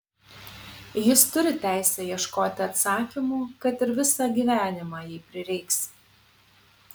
jis turi teisę ieškoti atsakymų kad ir visą gyvenimą jei prireiks